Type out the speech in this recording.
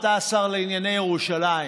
אתה השר לענייני ירושלים,